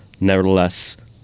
Nevertheless